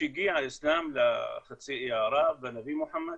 כשהגיע האיסלם לחצי האי ערב והנביא מוחמד,